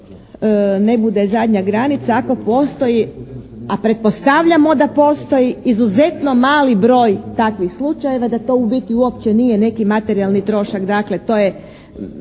ne bude zadnja granica. Ako postoji a pretpostavljamo da postoji izuzetno mali broj takvih slučajeva da to u biti uopće nije neki materijalni trošak. Dakle, to je